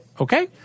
Okay